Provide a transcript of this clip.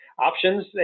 options